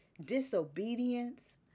disobedience